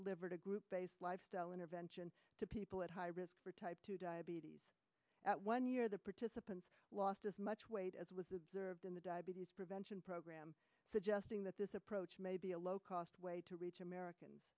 delivered a group based lifestyle intervention to people at high risk for type two diabetes at one year the participants lost as much weight as was observed in the diabetes prevention program suggesting that this approach may be a low cost way to reach americans